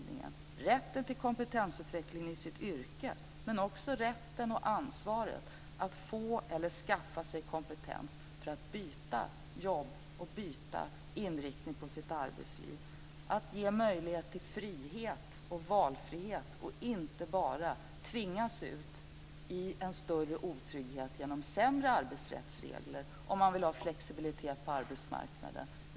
Det gäller en rätt till kompetensutveckling i det egna yrket men också ansvaret för att skaffa sig en kompetens för att byta jobb och inriktning på sitt arbetsliv. Det gäller att ge möjlighet till frihet och valfrihet, inte bara att människor ska tvingas ut i en större otrygghet genom sämre arbetsrättsregler, om man vill ha en flexibilitet på arbetsmarknaden.